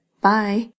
Bye